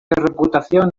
reputación